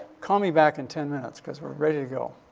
call me back in ten minutes cause we're ready to go.